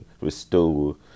restore